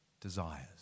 desires